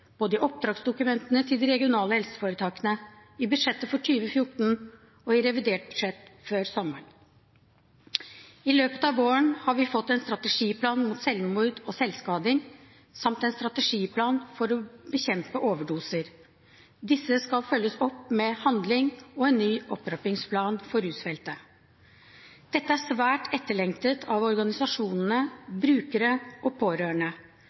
både i oppdragsdokumentene til de regionale helseforetakene, i budsjettet for 2014 og i revidert budsjett før sommeren. I løpet av våren har vi fått en strategiplan mot selvmord og selvskading samt en strategiplan for å bekjempe overdoser. Disse skal følges opp med handling og en ny opptrappingsplan for rusfeltet. Dette er svært etterlengtet av organisasjoner, brukere og pårørende.